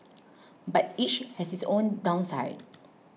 but each has its own downside